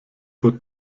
vor